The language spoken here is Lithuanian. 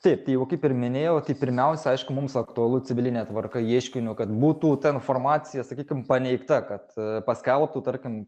taip tai jau kaip ir minėjau tai pirmiausia aišku mums aktualu civiline tvarka ieškiniu kad būtų ta informacija sakykim paneigta kad paskelbtų tarkim